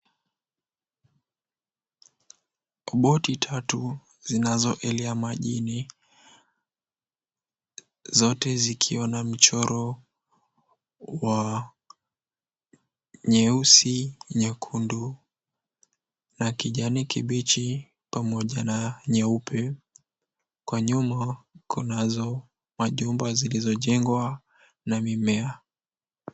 Boti tatu zinazoelea majini, zote zikiwa na mchoro wa nyeusi, nyekundu na kijani kibichi, pamoja na nyeupe. Kwa nyuma, kunazo majumba zilizojengwa na mimea.